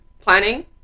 planning